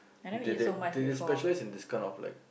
did they did they specialize in this kind of like